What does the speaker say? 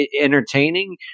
entertaining